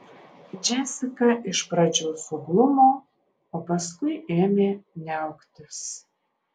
džesika iš pradžių suglumo o paskui ėmė niauktis